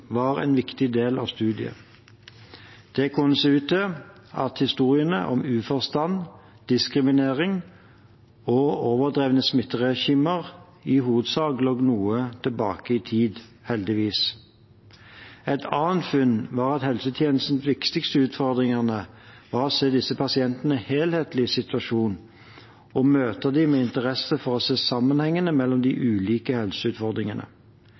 var en viktig del av studien. Det kunne se ut til at historiene om uforstand, diskriminering og overdrevne smitteregimer i hovedsak lå noe tilbake i tid, heldigvis. Et annet funn var at helsetjenestens viktigste utfordringer var å se disse pasientenes helhetlige situasjon og å møte dem med interesse for å se sammenhengen mellom de ulike helseutfordringene.